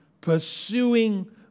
pursuing